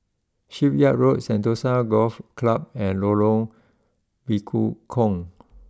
Shipyard Road Sentosa Golf Club and Lorong Bekukong